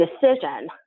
decision